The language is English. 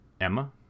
Emma